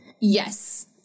Yes